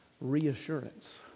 reassurance